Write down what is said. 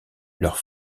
leurs